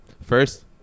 first